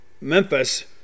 Memphis